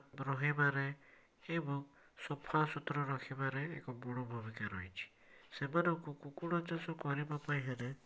ବା ରହିବାରେ ଏବଂ ସଫାସୁତୁରା ରଖିବାରେ ଏକ ବଡ଼ ଭୂମିକା ରହିଛି ସେମାନଙ୍କୁ କୁକୁଡ଼ା ଚାଷ କରିବାପାଇଁ ହେଲେ